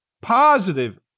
positive